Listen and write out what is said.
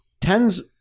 Tens